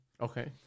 Okay